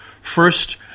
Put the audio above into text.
First